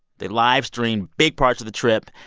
they livestreamed big parts of the trip,